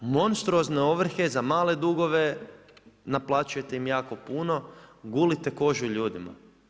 Monstruozne ovrhe za male dugove, naplaćujete im jako putno, gulite kožu ljudima.